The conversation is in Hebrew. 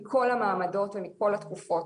מכל המעמדות ומכל התקופות,